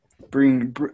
Bring